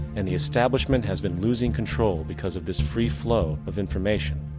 and the establishment has been losing control because of this free flow of information.